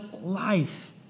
life